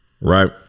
right